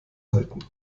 halten